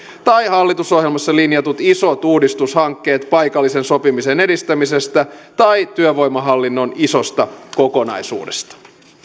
ja hallitusohjelmassa linjatut isot uudistushankkeet paikallisen sopimisen edistämisestä tai työvoimahallinnon isosta kokonaisuudesta